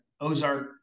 Ozark